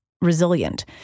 resilient